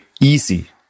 easy